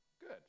Good